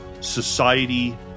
society